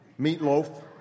meatloaf